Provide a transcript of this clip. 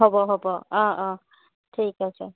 হ'ব হ'ব অঁ অঁ ঠিক আছে